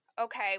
okay